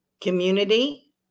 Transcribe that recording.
community